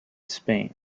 spain